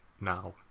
now